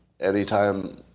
Anytime